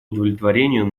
удовлетворению